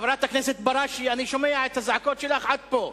חברת הכנסת בראשי, אני שומע את הזעקות שלך עד פה.